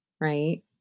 right